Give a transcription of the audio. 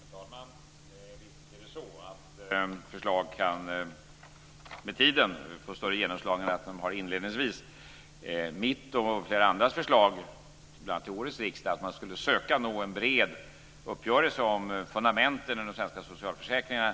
Herr talman! Visst är det så att förslag med tiden kan få större genomslagskraft än de har inledningsvis. Mitt och flera andras förslag till bl.a. årets riksdag är att man skulle försöka nå en bred uppgörelse om fundamentet i de svenska socialförsäkringarna.